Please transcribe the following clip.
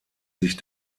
sich